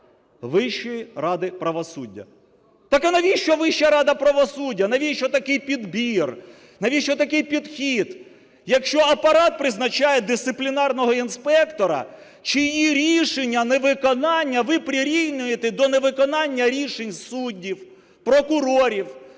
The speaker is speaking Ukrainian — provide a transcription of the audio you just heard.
Вищої ради правосуддя. Так, а навіщо Вища рада правосуддя, навіщо такий підбір, навіщо такий підхід, якщо апарат призначає дисциплінарного інспектора чиї рішення, не виконання, ви прирівнюєте до невиконання рішень суддів, прокурорів,